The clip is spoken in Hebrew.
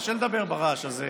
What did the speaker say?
קשה לדבר ברעש הזה,